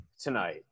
tonight